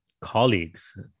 colleagues